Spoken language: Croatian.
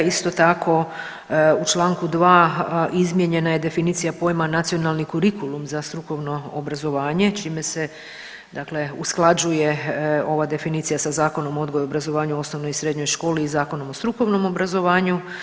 Isto tako u Članku 2. izmijenjena je definicija pojma Nacionalni kurikulum za strukovno obrazovanje čime se dakle usklađuje ova definicija sa Zakonom o odgoju i obrazovanju u osnovnoj i srednjoj školi i Zakonom o strukovnom obrazovanju.